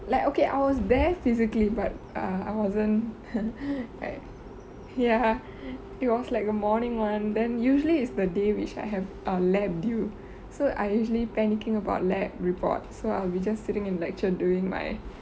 like okay I was there physically but err I wasn't ya it was like a morning one then usually is the day which I have err lab due so I usually panicking about lab report so I'll be just sitting in lecture during my